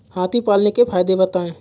हाथी पालने के फायदे बताए?